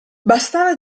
bastava